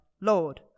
Lord